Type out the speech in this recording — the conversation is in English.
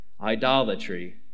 idolatry